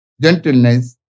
gentleness